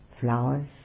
flowers